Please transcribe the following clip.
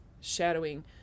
shadowing